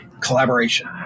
collaboration